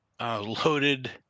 loaded